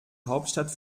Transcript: hauptstadt